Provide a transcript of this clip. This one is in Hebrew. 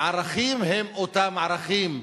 הערכים הם אותם ערכים.